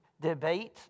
debate